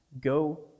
Go